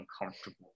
uncomfortable